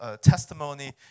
testimony